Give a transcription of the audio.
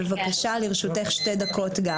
בבקשה, לרשותך שתי דקות.